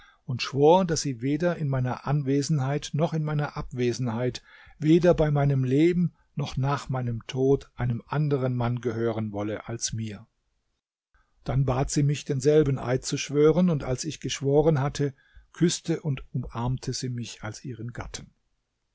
und schwor daß sie weder in meiner anwesenheit noch in meiner abwesenheit weder bei meinem leben noch nach meinem tod einem anderen mann gehören wolle als mir dann bat sie mich denselben eid zu schwören und als ich geschworen hatte küßte und umarmte sie mich als ihren gatten